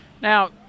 Now